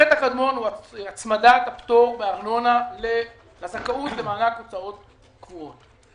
החטא הקדמון הוא הצמדת הפטור מארנונה לזכאות למענק הוצאות קבועות.